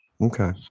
Okay